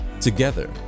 Together